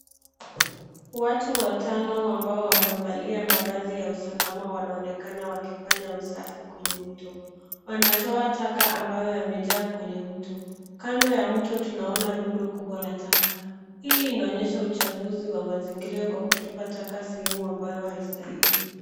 Watu watano ambao wamevalia mavazi ya usalama wanaonekana wakifanya usafi kwenye mto. Wanatoa taka ambayo yamejaa kwenye mto. Kando ya mto tunaona rundo kubwa la taka. Hii inaonyesha uchafuzi wa mazingira kwa kutupa taka sehemu ambayo haistahili.